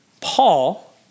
Paul